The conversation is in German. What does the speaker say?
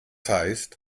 heißt